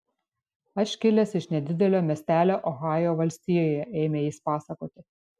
aš kilęs iš nedidelio miestelio ohajo valstijoje ėmė jis pasakoti